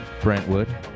Brentwood